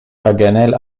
paganel